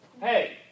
Hey